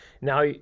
Now